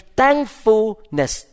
thankfulness